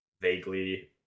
vaguely